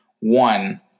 one